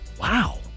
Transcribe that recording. Wow